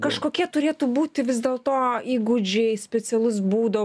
kažkokie turėtų būti vis dėl to įgūdžiai specialus būdo